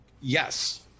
Yes